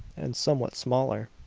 and somewhat smaller.